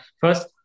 first